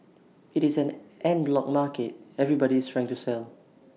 IT is an en bloc market everybody is trying to sell